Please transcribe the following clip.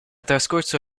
trascorso